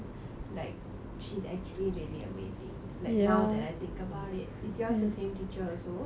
like she's actually really amazing like now that I think about it is yours the same teacher also